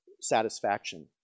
satisfaction